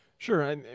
Sure